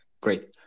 great